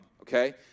okay